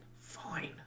fine